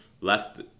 left